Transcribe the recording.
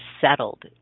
settled